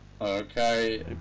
Okay